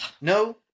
no